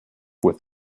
with